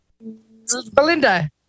Belinda